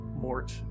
Mort